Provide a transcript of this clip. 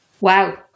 Wow